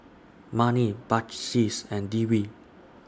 Murni Balqis and Dewi